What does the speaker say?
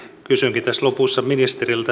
kysynkin tässä lopussa ministeriltä